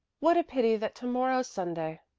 what a pity that to-morrow's sunday.